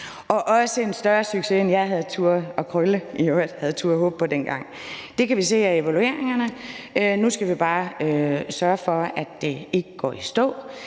– også en større succes, end jeg og i øvrigt Krølle havde turdet håbe på dengang. Det kan vi se af evalueringerne. Nu skal vi bare sørge for, at det ikke går i stå.